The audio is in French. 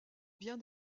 bien